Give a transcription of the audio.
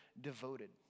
devoted